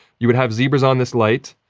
you would have zebras on this light,